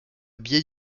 biais